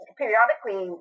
periodically